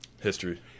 history